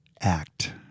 act